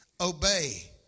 Obey